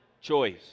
choice